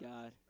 God